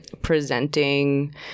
presenting